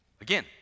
Again